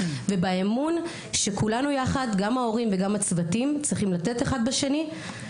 ובאמון שכולנו יחד גם ההורים וגם הצוותים צריך לתת אחד בשני.